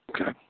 Okay